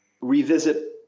revisit